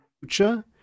future